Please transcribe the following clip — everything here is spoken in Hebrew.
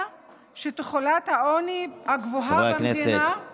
שתחולת העוני הגבוהה במדינה --- חברי הכנסת,